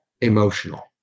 Emotional